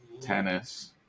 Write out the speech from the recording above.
tennis